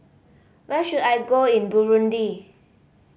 where should I go in Burundi